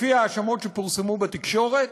לפי ההאשמות שפורסמו בתקשורת,